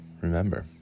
remember